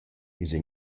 esa